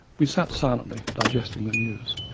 we sat silently, digesting the news.